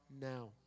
now